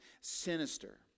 sinister